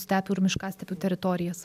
stepių ir miškastepių teritorijas